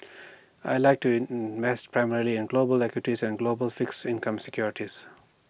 I Like to mass primarily in global equities and global fixed income securities